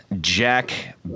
jack